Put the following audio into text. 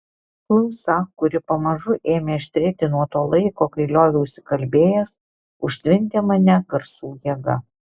klausa kuri pamažu ėmė aštrėti nuo to laiko kai lioviausi kalbėjęs užtvindė mane garsų jėga